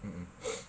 mm mm